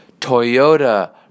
Toyota